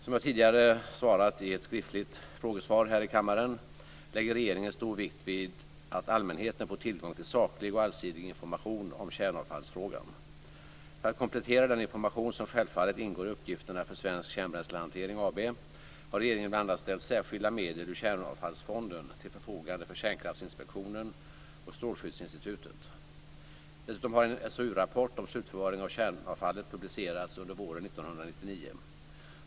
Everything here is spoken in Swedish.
Som jag tidigare svarat i ett skriftligt frågesvar här i riksdagen lägger regeringen stor vikt vid att allmänheten får tillgång till saklig och allsidig information om kärnavfallsfrågan. För att komplettera den information som självfallet ingår i uppgifterna för Svensk Kärnbränslehantering AB har regeringen bl.a. ställt särskilda medel ur Kärnavfallsfonden till förfogande för Kärnkraftinspektionen och Strålskyddsinstitutet. Dessutom har en SOU-rapport om slutförvaring av kärnavfallet publicerats under våren 1999.